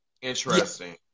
Interesting